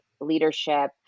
leadership